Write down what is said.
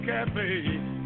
Cafe